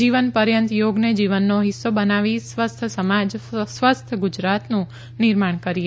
જીવન પર્યંત યોગને જીવનનો હિસ્સો બનાવી સ્વસ્થ સમાજ સ્વસ્થ ગુજરાતનું નિર્માણ કરીએ